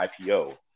IPO